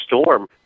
storm